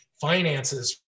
finances